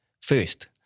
first